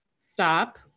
Stop